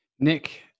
Nick